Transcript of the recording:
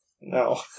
No